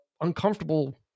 uncomfortable